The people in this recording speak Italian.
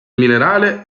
minerale